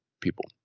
people